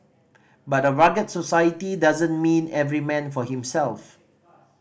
but a rugged society doesn't mean every man for himself